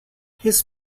his